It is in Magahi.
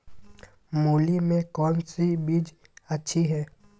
मूली में कौन सी बीज अच्छी है?